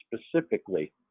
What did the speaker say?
specifically